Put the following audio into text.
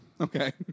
Okay